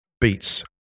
beats